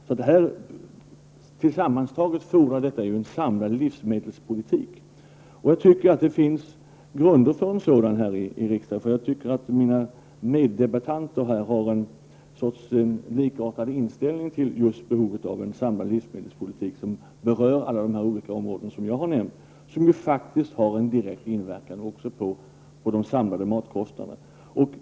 Det fordras sammanfattningsvis en samlad livsmedelspolitik. Jag tycker att det finns grunder för en sådan här i riksdagen. Mina meddebattörer har en likartad inställning till behovet av en samlad livsmedelspolitik som berör alla de områden som jag har nämnt och som också har inverkan på de samlade matkostnaderna.